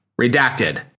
Redacted